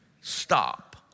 Stop